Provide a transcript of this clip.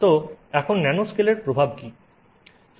তো এখন ন্যানোস্কেলের প্রভাব কী